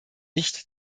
nicht